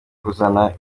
kuzana